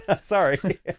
Sorry